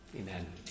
Amen